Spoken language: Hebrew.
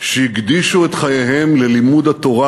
שהקדישו את חייהם ללימוד התורה